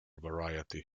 variety